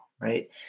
Right